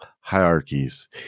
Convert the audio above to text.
Hierarchies